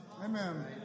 Amen